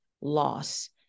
loss